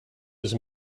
was